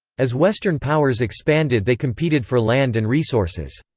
as western powers expanded they competed for land and resources.